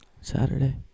Saturday